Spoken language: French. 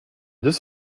deux